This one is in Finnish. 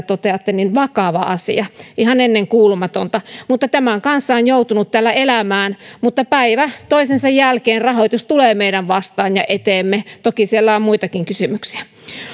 toteaa vakava asia ihan ennenkuulumatonta mutta tämän kanssa on joutunut täällä elämään ja päivä toisensa jälkeen rahoitus tulee meidän vastaamme ja eteemme toki siellä on muitakin kysymyksiä